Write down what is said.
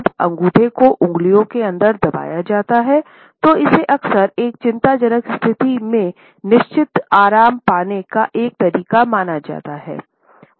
जब अंगूठे को अंगुलियों के अंदर दबाया जाता है तो इसे अक्सर एक चिंताजनक स्थिति में निश्चित आराम पाने का एक तरीका माना जाता है